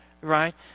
right